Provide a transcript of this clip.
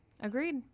Agreed